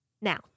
now